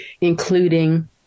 including